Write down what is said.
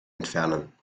entfernen